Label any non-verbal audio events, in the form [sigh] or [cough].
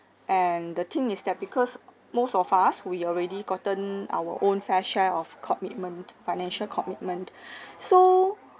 and the thing is that because most of us we already gotten our own fair share of commitment financial commitment [breath] so